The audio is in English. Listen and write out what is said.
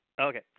Okay